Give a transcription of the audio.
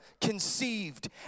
conceived